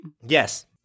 yes